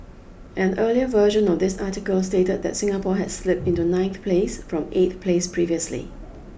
an earlier version of this article stated that Singapore had slipped into ninth place from eighth place previously